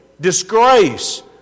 disgrace